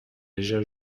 déjà